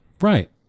Right